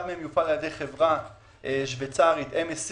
אחד מהם יופעל על ידי חברה שוויצרית MSC,